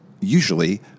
usually